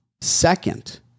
second